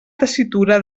tessitura